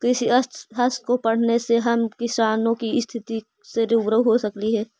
कृषि अर्थशास्त्र को पढ़ने से हम किसानों की स्थिति से रूबरू हो सकली हे